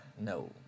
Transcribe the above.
No